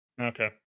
okay